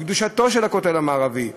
בקדושתו של הכותל המערבי: